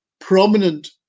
prominent